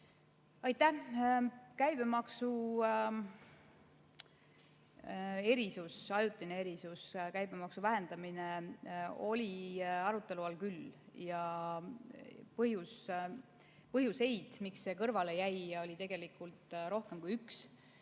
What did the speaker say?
Aitäh! Käibemaksu ajutine erisus, käibemaksu vähendamine oli arutelu all küll. Põhjuseid, miks see kõrvale jäi, oli tegelikult rohkem kui üks.